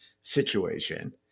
situation